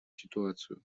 ситуацию